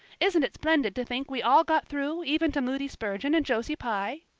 isn't it splendid to think we all got through even to moody spurgeon and josie pye?